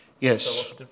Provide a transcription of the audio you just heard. Yes